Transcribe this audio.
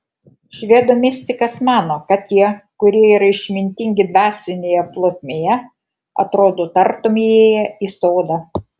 švedų mistikas mano kad tie kurie yra išmintingi dvasinėje plotmėje atrodo tartum įėję į sodą